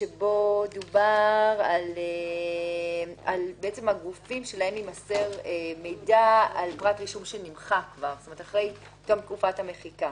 שמדבר על גופים שלהם יימסר מידע אחרי תום תקופת המחיקה